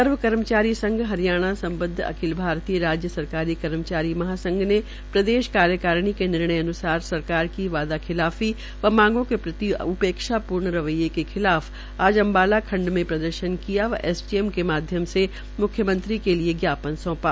सर्व कर्मचारी संघ हरियाणा सम्बध अखिल भारतीय राज्य सरकारी कर्मचारी महासंघ ने प्रदेश कार्यकारिणी के निर्णय अन्सार सरकार की वादा खिलाफी व मांगों के प्रति उपेक्षा पूर्ण रवैये के खिलाफ आज अम्बाला खंड में प्रदर्शन किया व एसडीएम के माध्यम से म्ख्यमंत्री के लिए ज्ञापन सौंपा